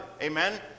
Amen